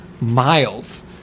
miles